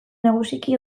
nagusiki